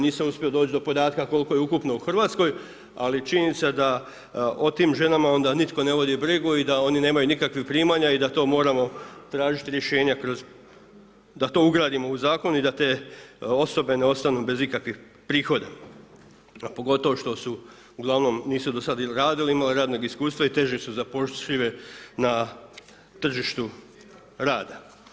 Nisam uspio doći do podatka koliko je ukupno u Hrvatskoj, ali činjenica da o tim ženama onda nitko ne vodi brigu i da one nemaju nikakvih primanja i da to moramo tražiti rješenja kroz da to ugradimo u zakon i da te osobe ne ostanu bez ikakvih prihoda, a pogotovo što uglavnom nisu do sada radile, imale radnog iskustva i teže su zapošljive na tržištu rada.